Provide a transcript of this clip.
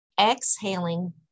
exhaling